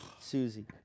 Susie